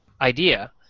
idea